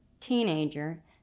teenager